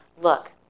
look